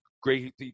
great